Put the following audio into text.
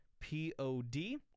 P-O-D